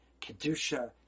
kedusha